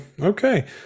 okay